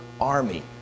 army